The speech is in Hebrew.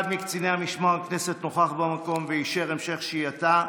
אחד מקציני משמר הכנסת נכח במקום ואישר את המשך שהייתה.